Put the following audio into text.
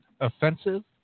Offensive